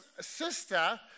sister